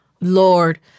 Lord